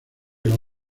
los